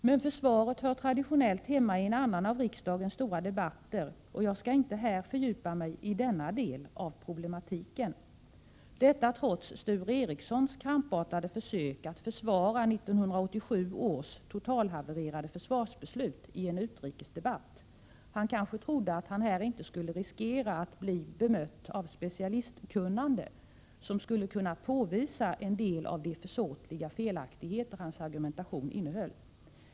Men försvaret hör traditionellt hemma i en annan av riksdagens stora debatter, och jag skall här inte fördjupa mig i denna del av problematiken, detta trots Sture Ericsons krampartade försök att försvara 1987 års totalhavererade försvarsbeslut i en utrikesdebatt. Han kanske trodde att han här inte skulle riskera att bli bemött av specialistkunnande som H skulle kunna påvisa en del av de försåtliga felaktigheter hans argumentering innehöll.